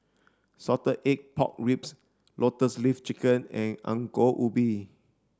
salted egg pork ribs lotus leaf chicken and Ongol Ubi